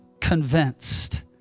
convinced